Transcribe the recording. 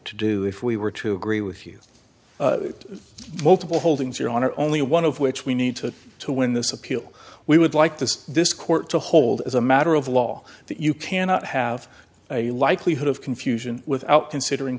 to do if we were to agree with you multiple holdings your honor only one of which we need to to win this appeal we would like to see this court to hold as a matter of law that you cannot have a likelihood of confusion without considering